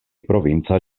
provinca